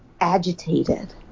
agitated